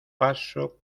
paso